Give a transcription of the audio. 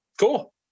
Cool